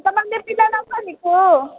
ఎంతమంది పిల్లలు అమ్మ నీకు